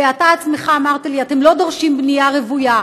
ואתה עצמך אמרת לי: אתם לא דורשים בנייה רוויה.